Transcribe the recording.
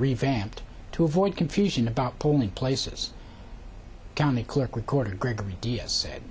revamped to avoid confusion about polling places county clerk recorder gregory diaz said